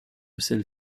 celle